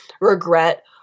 regret